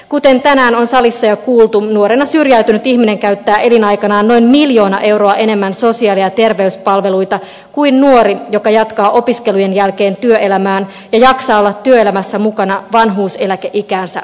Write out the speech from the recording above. kuten tänään on salissa jo kuultu nuorena syrjäytynyt ihminen käyttää elinaikanaan noin miljoona euroa enemmän sosiaali ja terveyspalveluita kuin nuori joka jatkaa opiskelujen jälkeen työelämään ja jaksaa olla työelämässä mukana vanhuuseläkeikäänsä asti